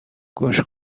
گوش